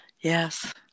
Yes